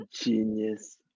genius